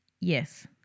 Yes